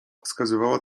wskazywała